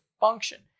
function